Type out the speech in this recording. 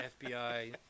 FBI